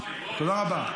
תודה רבה.